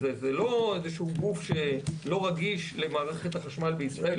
זה לא גוף שלא רגיש למערכת החשמל בישראל.